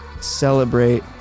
celebrate